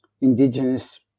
indigenous